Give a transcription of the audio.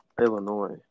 Illinois